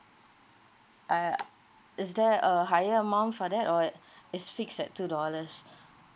uh is there a higher amount for that or is fixed at two dollars